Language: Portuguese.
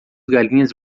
galinhas